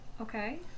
okay